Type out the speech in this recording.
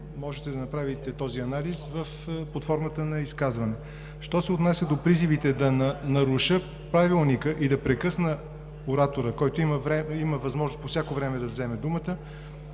Можете да направите този анализ под формата на изказване. Що се отнася до призивите да наруша Правилника и да прекъсна оратора, който има възможност по всяко време да вземе думата,